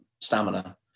stamina